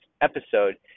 episode